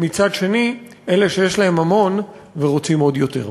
מצד שני, אלה שיש להם המון ורוצים עוד יותר.